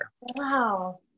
Wow